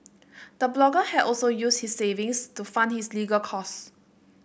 the blogger had also used his savings to fund his legal costs